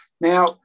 Now